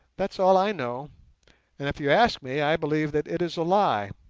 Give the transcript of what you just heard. that's all i know and if you ask me, i believe that it is a lie